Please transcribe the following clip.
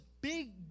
big